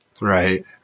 right